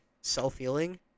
self-healing